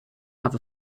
have